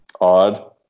Odd